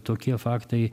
tokie faktai